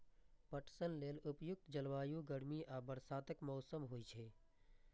पटसन लेल उपयुक्त जलवायु गर्मी आ बरसातक मौसम होइ छै